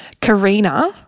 Karina